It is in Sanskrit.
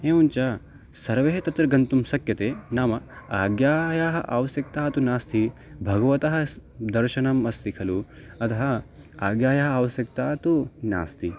एवं च सर्वे तत्र गन्तुं शक्यते नाम आज्ञायाः आवश्यकता तु नास्ति भगवतः दर्शनम् अस्ति खलु अतः आज्ञायाः आवश्यकता तु नास्ति